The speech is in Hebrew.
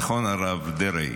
נכון, הרב דרעי?